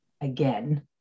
again